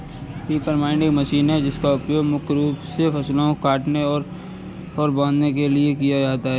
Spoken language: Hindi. रीपर बाइंडर एक मशीन है जिसका उपयोग मुख्य रूप से फसलों को काटने और बांधने के लिए किया जाता है